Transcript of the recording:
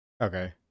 Okay